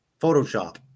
photoshop